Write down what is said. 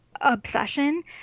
obsession